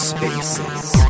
Spaces